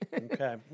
Okay